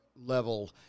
level